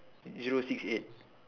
zero six eight